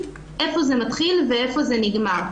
איפה זה מתחיל ואיפה זה נגמר.